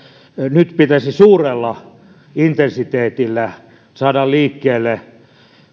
nyt pitäisi suurella intensiteetillä saada liikkeelle